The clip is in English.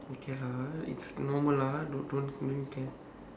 okay lah it's normal lah don't don't don't care